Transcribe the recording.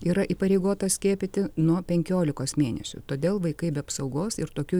yra įpareigota skiepyti nuo penkiolikos mėnesių todėl vaikai be apsaugos ir tokių